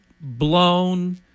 blown